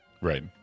Right